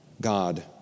God